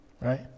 right